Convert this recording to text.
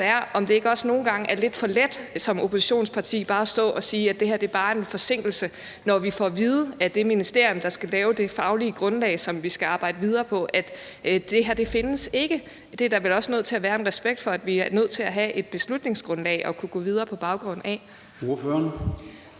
om det ikke også nogle gange er lidt for let som oppositionsparti bare at stå og sige, at det her bare er en forsinkelse, når vi får at vide af det ministerium, der skal lave det faglige grundlag, som vi skal arbejde videre på, at det ikke findes. Der er vel også nødt til at være respekt for, at vi er nødt til at have et beslutningsgrundlag at kunne gå videre på baggrund af.